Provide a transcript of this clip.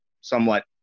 somewhat